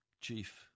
chief